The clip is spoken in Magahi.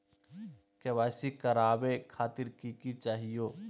के.वाई.सी करवावे खातीर कि कि चाहियो?